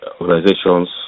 organizations